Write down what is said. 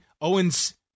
Owens